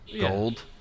gold